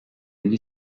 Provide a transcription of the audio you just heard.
gli